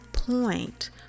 point